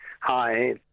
Hi